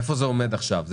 איפה זה עומד עכשיו?